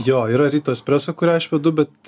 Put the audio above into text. jo yra ryto espreso kurią aš vedu bet